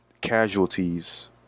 casualties